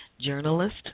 journalist